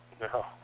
no